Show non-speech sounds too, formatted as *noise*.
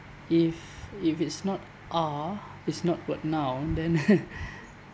if if it's not are it's not about now then *laughs*